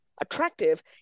attractive